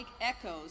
echoes